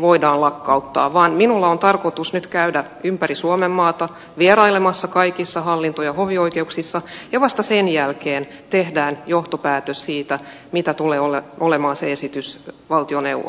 voidaan lakkauttaa vaan minulla on tarkoitus nyt käydä ympäri suomenmaata vierailemassa kaikissa hallinto ja hovioikeuksissa ja vasta sen jälkeen tehdään johtopäätös siitä mikä tulee olemaan se esitys valtioneuvostolle